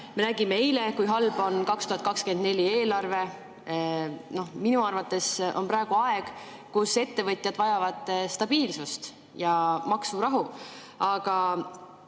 Me nägime eile, kui halb on 2024. [aasta] eelarve. Minu arvates on praegu aeg, kui ettevõtjad vajavad stabiilsust ja maksurahu. Aga